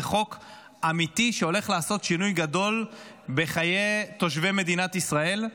זה חוק אמיתי שהולך לעשות שינוי גדול בחיי תושבי מדינת ישראל.